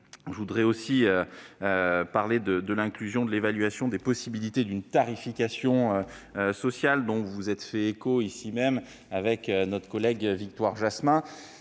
Victorin Lurel, l'inclusion de l'évaluation des possibilités d'une tarification sociale, dont vous vous êtes fait écho ici même avec notre collègue Victoire Jasmin.